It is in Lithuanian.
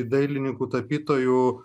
dailininkų tapytojų